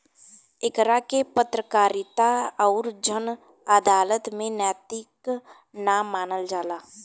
एकरा के पत्रकारिता अउर जन अदालत में नैतिक ना मानल जाला